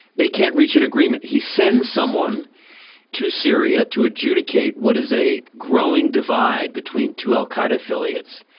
they can't reach an agreement. he sends someone to syria to adjudicate what is a growing divide between two al qaeda affiliates.